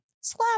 slap